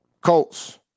Colts